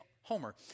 Homer